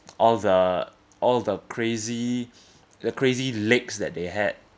all the all the crazy the crazy lakes that they had